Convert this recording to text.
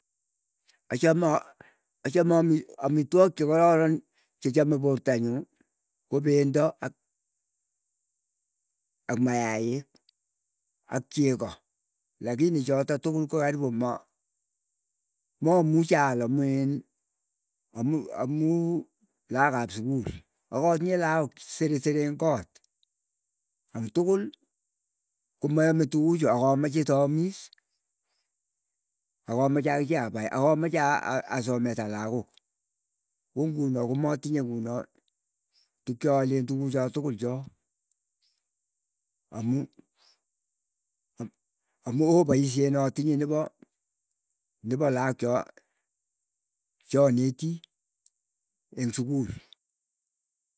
Achame aa achame ami amitwook che kararan che chame porta nyu ko pendo ak ak mayaik, ak cheko, lakini chotok tukul ko aripu ma mamuuchi aal amu inn amu amu laak ap sukul, akatinye laak seresere eng' koot, ang' tukul komayame tukuchu akamache is aamis, akamache akiche apai, akamache a- a- asomesan lakok, ku ng'uno komatinye ng'uno tuk chaale tukucho tukul cho, amu amu oo paishet natinye nepo nepo laak cho choneti eng' sukul.